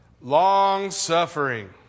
long-suffering